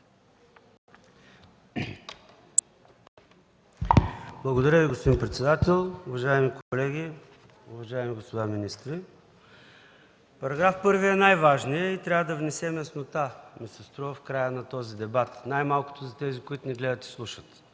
Благодаря Ви, господин председател. Уважаеми колеги, уважаеми господа министри! Параграф 1 е най-важният и трябва да внесем яснота, струва ми се, в края на този дебат, най-малкото за тези, които ни гледат и слушат,